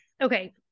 okay